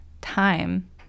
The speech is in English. time